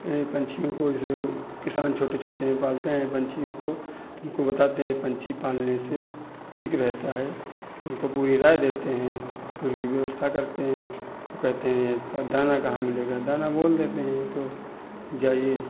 इन पंछियों को जैसे वो किसान छोटे छोटे हैं पालते हैं पंछियों को तो उनको बताते हैं पंछी पालने से ठीक रहता है तो उनको पूरी राय देते हैं पूरी की व्यवस्था करते हैं तो कहते हैं इसका दाना कहाँ मिलेगा दाना बोल देते हैं तो जाइए